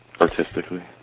artistically